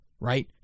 right